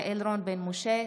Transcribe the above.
יעל רון בן משה,